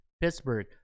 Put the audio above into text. Pittsburgh